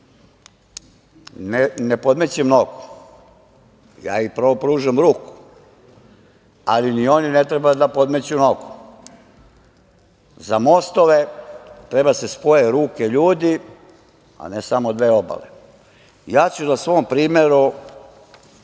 ne podmećem nogu, ja im prvo pružam ruku, ali ni oni ne treba da podmeću nogu.Za mostove treba da se spoje ruke ljudi, a ne samo dve obale. Ja ću na svom primeru,